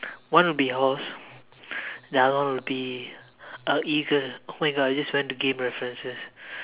one will be a horse the other one would be a eagle oh my god I just went to game references